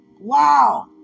Wow